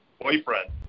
boyfriend